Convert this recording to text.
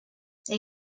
they